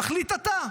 תחליט אתה.